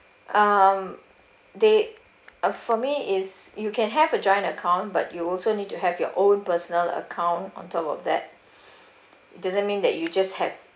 um they uh for me is you can have a joint account but you also need to have your own personal account on top of that it doesn't mean that you just have